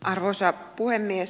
arvoisa puhemies